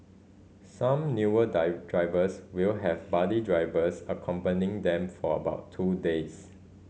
some newer die drivers will have buddy drivers accompanying them for about two days